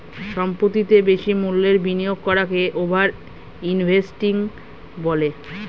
সম্পত্তিতে বেশি মূল্যের বিনিয়োগ করাকে ওভার ইনভেস্টিং বলে